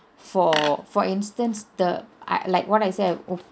for for instance the I like what I say I